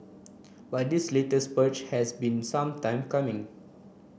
but this latest purge has been some time coming